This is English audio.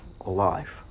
alive